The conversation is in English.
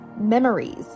memories